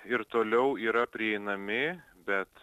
ir toliau yra prieinami bet